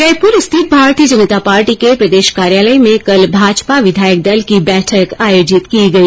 जयपुर स्थित भारतीय जनता पार्टी के प्रदेश कार्यालय में कल भाजपा विधायक दल की बैठक आयोजित की गई